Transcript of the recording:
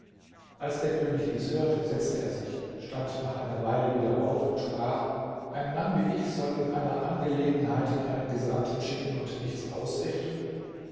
als der könig dies hörte setzte er sich stand nach einer weile wieder auf und sprach ein mann wie ich soll in einer angelegenheit einen gesandten schicken und nichts ausrichten